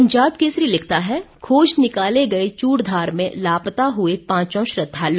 पंजाब केसरी लिखता है खोज निकाले गए चूड़धार में लापता हुए पांचों श्रद्वालु